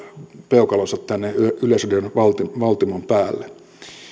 peukalonsa tänne yleisradion valtimon päälle